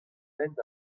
benn